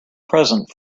present